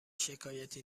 شکایتی